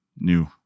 new